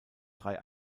drei